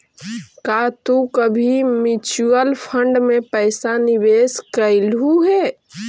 का तू कभी म्यूचुअल फंड में पैसा निवेश कइलू हे